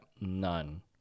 none